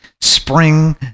spring